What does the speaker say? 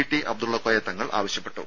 T Abdullakoya Thangal ആവശ്യപ്പെട്ടു